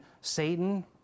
Satan